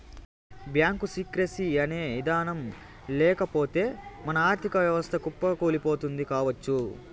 bank secrecy అనే ఇదానం లేకపోతె మన ఆర్ధిక వ్యవస్థ కుప్పకూలిపోతుంది కావచ్చు